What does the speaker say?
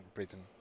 Britain